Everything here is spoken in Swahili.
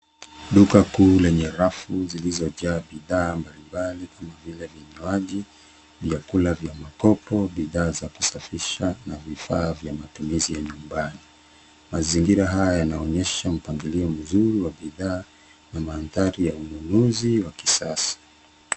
Duka kuu lenye rafu zilizojaa bidhaa mbali mbali kama vinywaji, vyakula vya makopo, bidhaa za kusafisha na vifaa vya matumizi ya nyumbani. Mazingira haya yanaonyesha mpangilio mzuri wa bidhaa na mandhari ya ununuzi wa kisasa.